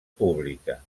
pública